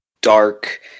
dark